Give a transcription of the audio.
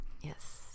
Yes